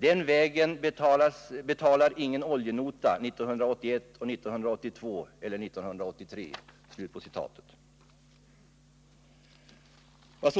Den vägen betalas ingen oljenota 1981 och 1982 och 1983 och Vad